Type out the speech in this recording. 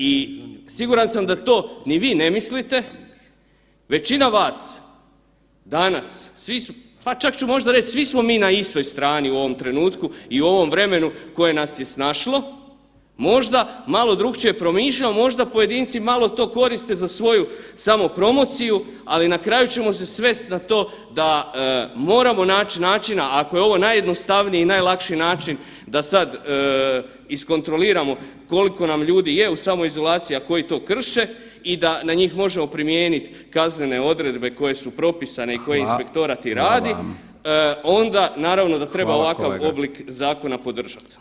I siguran sam da to ni vi ne mislite, većina vas danas, pa čak ću reći svi smo mi na istoj strani u ovom trenutku i u ovom vremenu koje nas je snašlo možda malo drukčije promišljamo, možda pojedinci malo to koriste za svoju samopromociju, ali na kraju ćemo se svest na to da moramo naći načina ako je ovo najjednostavniji i najlakši način da sad iskontroliramo koliko nam ljudi je u samoizolaciji, a koji to krše i da na njih možemo primijeniti kaznene odredbe koje su propisane i koje inspektorat i radi onda naravno da treba ovakav oblik zakona podržat.